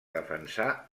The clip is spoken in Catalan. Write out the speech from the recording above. defensar